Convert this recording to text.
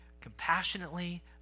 compassionately